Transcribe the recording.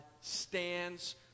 stands